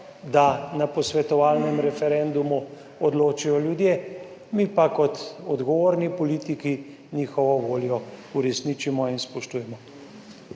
da na posvetovalnem referendumu odločijo ljudje, mi pa kot odgovorni politiki njihovo voljo uresničimo in spoštujemo.